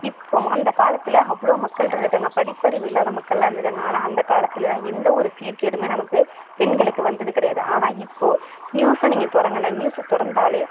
அந்த காலத்தில் அவ்வளோ மக்கள் இருந்திருக்காங்க படிப்பறிவு இல்லாத மக்கள்லாம் இருந்திருக்காங்க ஆனால் அந்த காலத்திலலாம் எந்த ஒரு சீர்க்கேடும் நமக்கு பெண்களுக்கு வந்தது கிடையாது ஆனால் இப்போது நியூஸை நீங்கள் திறங்களேன் நியூஸை திறந்தாலே